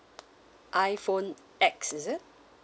iPhone X is it